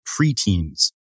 preteens